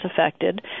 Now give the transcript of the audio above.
affected